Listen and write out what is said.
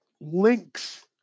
links